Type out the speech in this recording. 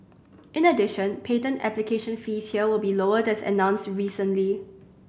in addition patent application fees here will be lowered as announced recently